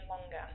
longer